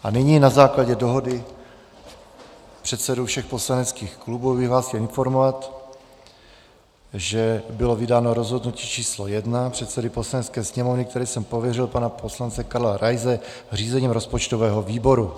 A nyní na základě dohody předsedů všech poslaneckých klubů bych vás chtěl informovat, že bylo vydáno rozhodnutí číslo 1 předsedy Poslanecké sněmovny, kterým jsem pověřil pana poslance Karla Raise řízením rozpočtového výboru.